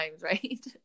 right